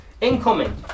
Incoming